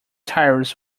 tires